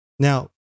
Now